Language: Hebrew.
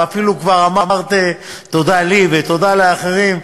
ואפילו כבר אמרת תודה לי ותודה לאחרים,